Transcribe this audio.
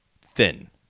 thin